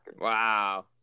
Wow